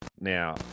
Now